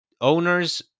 owners